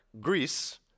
Greece